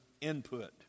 input